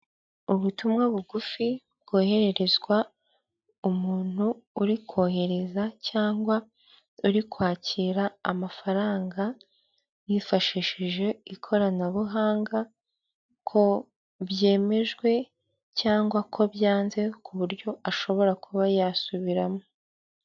Ubutumwa bugufi bwohererezwa umuntu uri kohereza cyangwa uri kwakira amafaranga yifashishije ikoranabuhanga ko byemejwe cyangwa ko byanze ku buryo ashobora kuba yasubiramo.